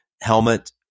helmet